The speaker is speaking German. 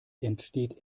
entsteht